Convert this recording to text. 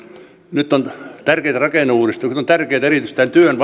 nyt on tärkeitä rakenneuudistuksia nyt on tärkeätä erityisesti työn